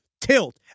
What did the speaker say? tilt